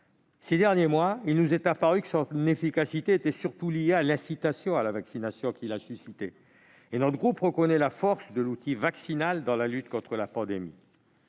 Ces derniers mois, il nous est apparu que son efficacité était surtout liée à l'incitation à la vaccination qu'il a suscitée ; notre groupe reconnaît à cet égard la force de l'outil vaccinal dans la lutte contre la pandémie.